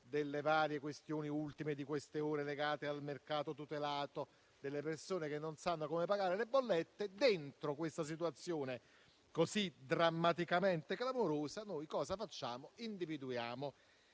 delle varie questioni, come le ultime di queste ore, legate al mercato tutelato e alle persone che non sanno come pagare le bollette, in una situazione così drammaticamente clamorosa, noi individuiamo